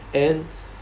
and